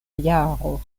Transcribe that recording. jaro